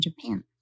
Japan